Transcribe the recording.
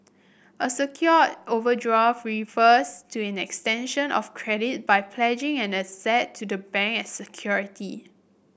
a secured overdraft refers to an extension of credit by pledging an asset to the bank as security